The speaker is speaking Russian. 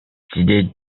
сидеть